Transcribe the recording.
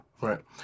right